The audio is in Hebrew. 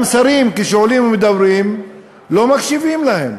גם שרים, עולים ומדברים ולא מקשיבים להם.